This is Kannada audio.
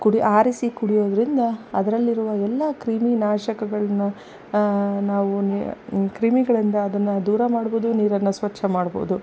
ಕುಡಿ ಆರಿಸಿ ಕುಡಿಯೋದರಿಂದ ಅದರಲ್ಲಿರುವ ಎಲ್ಲ ಕ್ರಿಮಿನಾಶಕಗಳನ್ನ ನಾವು ನಿ ಕ್ರಿಮಿಗಳಿಂದ ಅದನ್ನು ದೂರ ಮಾಡ್ಬೋದು ನೀರನ್ನು ಸ್ವಚ್ಛ ಮಾಡ್ಬೋದು